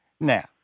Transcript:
Now